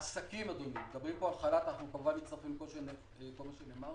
אנחנו מצטרפים לכל מה שנאמר